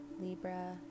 libra